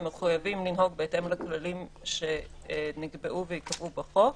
הם מחויבים לנהוג בהתאם הכללים שנקבעו וייקבעו בחוק,